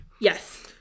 Yes